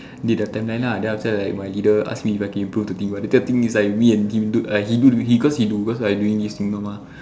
did the timeline lah then after that like my leader ask me if I can improve the thing but the thing is like me and him do like he do the he cause he do cause I doing this thing mah